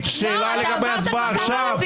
את תקבלי, לא באמצע הצבעה.